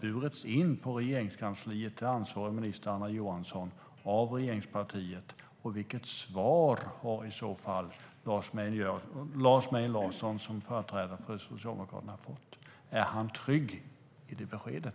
burits in på Regeringskansliet till ansvarig minister Anna Johansson av regeringspartiet? Och vilket svar har i så fall Lars Mejern Larsson som företrädare för Socialdemokraterna fått? Är han trygg i det beskedet?